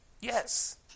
Yes